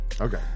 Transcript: Okay